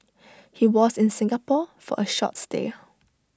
he was in Singapore for A short stay